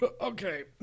Okay